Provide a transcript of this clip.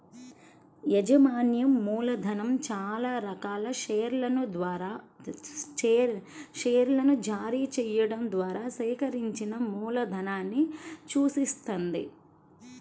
యాజమాన్య మూలధనం చానా రకాల షేర్లను జారీ చెయ్యడం ద్వారా సేకరించిన మూలధనాన్ని సూచిత్తది